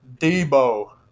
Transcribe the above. Debo